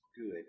good